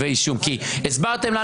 נותן אישור